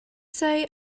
say